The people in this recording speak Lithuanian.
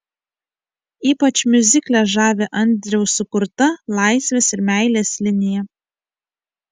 ypač miuzikle žavi andriaus sukurta laisvės ir meilės linija